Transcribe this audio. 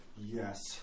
Yes